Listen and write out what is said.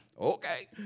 Okay